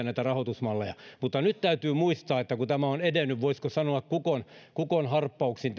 näitä rahoitusmalleja mutta nyt kun tämä hanke on edennyt voisiko sanoa kukon kukon harppauksin